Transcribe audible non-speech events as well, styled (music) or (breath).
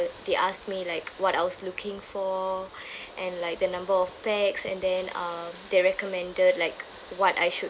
they asked me like what I was looking for (breath) and like the number of pax and then uh they recommended like what I should